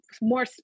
more